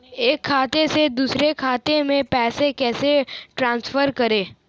एक खाते से दूसरे खाते में पैसे कैसे ट्रांसफर करें?